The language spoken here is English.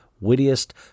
wittiest